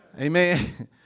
Amen